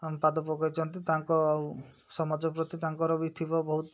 ପାଦ ପକାଇଛନ୍ତି ତାଙ୍କ ଆଉ ସମାଜ ପ୍ରତି ତାଙ୍କର ବି ଥିବ ବହୁତ